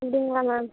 அப்படிங்களா மேம்